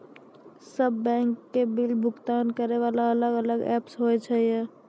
सब बैंक के बिल भुगतान करे वाला अलग अलग ऐप्स होय छै यो?